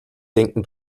denken